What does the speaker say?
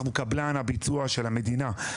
אנחנו קבלן הביצוע של המדינה.